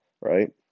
right